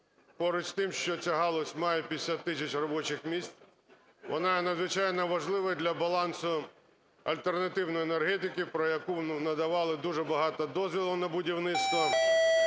поруч з тим, що ця галузь має 50 тисяч робочих місць, вона надзвичайно важлива для балансу альтернативної енергетики, про яку… ну, надавали дуже багато дозволів на будівництво.